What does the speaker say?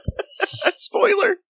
Spoiler